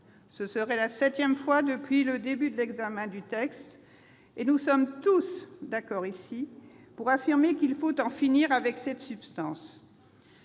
ce serait la septième fois depuis le début de l'examen du texte. Nous sommes tous d'accord ici pour affirmer qu'il faut en finir avec cette substance.